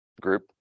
group